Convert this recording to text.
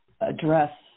address